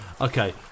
Okay